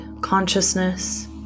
consciousness